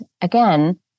again